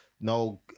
no